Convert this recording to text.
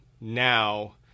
now